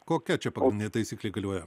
kokia čia pagrindinė taisyklė galioja